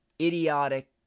idiotic